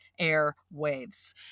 Airwaves